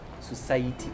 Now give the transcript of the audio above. society